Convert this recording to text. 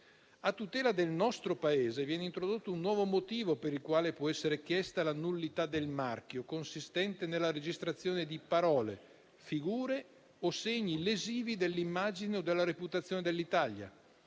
A tutela del nostro Paese, viene introdotto un nuovo motivo per il quale può essere chiesta la nullità del marchio, consistente nella registrazione di parole, figure o segni lesivi dell'immagine o della reputazione dell'Italia.